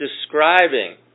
describing